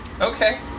Okay